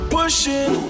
Pushing